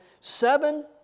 seven